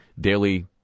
daily